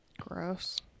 Gross